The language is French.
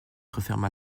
referma